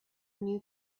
new